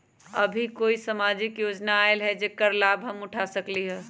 अभी कोई सामाजिक योजना आयल है जेकर लाभ हम उठा सकली ह?